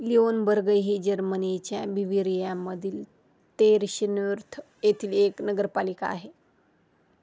Leonberg ही जर्मनीच्या बिविरियामधील तेरशिन्युर्थ येथील एक नगरपालिका आहे